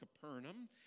Capernaum